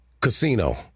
casino